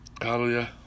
Hallelujah